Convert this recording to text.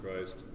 Christ